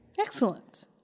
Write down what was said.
Excellent